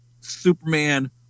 Superman